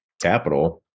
capital